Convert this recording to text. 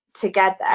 Together